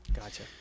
Gotcha